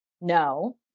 no